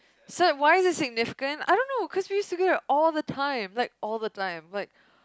so why is it significant I don't know cause we used to go there all the time like all the time like